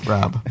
Rob